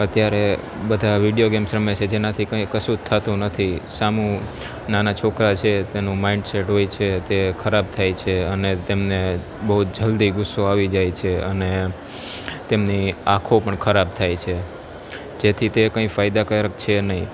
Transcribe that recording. અત્યારે બધા video games રમે છે જેનાથી કાંઈ કશું જ થાતું નથી સામું નાના છોકરા છે તેનું માઇન્ડસેટ હોય છે તે ખરાબ થાય છે અને તેમને બહુ જલ્દી ગુસ્સો આવી જાય છે અને તેમની આંખો પણ ખરાબ થાય છે જેથી કંઈ ફાયદાકારક છે નહીં